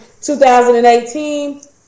2018